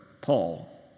Paul